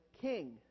king